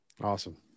Awesome